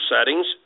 settings